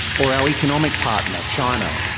or our economic partner, china?